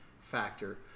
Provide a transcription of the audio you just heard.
factor